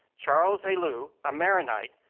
charles helou, a maronite,